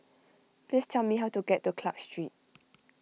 please tell me how to get to Clarke Street